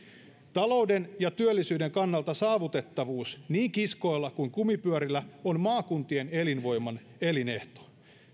talouden ja työllisyyden kannalta saavutettavuus niin kiskoilla kuin kumipyörillä on maakuntien elinvoiman elinehto